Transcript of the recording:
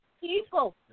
People